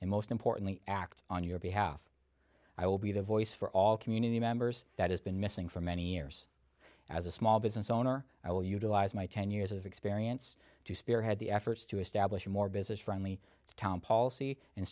and most importantly act on your behalf i will be the voice for all community members that has been missing for many years as a small business owner i will utilize my ten years of experience to spearhead the efforts to establish a more business friendly town policy and